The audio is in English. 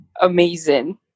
amazing